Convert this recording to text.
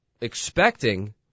expecting